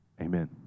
amen